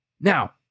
Now